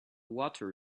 water